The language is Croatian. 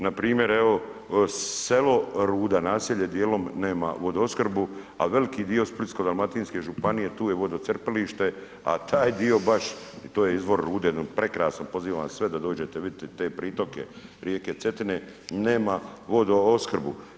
Npr. evo selo Ruda, naselje dijelom nema vodoopskrbu ali veliki dio Splitsko-dalmatinske županije, tu je vodocrpilište, a taj dio baš, to je izvor Rude jedno prekrasno, pozivam vas sve da dođete vidjeti te pritoke rijeke Cetine, nema vodoopskrbu.